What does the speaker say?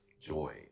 Joy